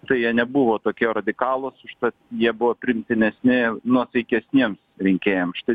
tai jie nebuvo tokie radikalūs užtat jie buvo priimtinesni nuosaikesniems rinkėjams štai